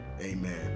amen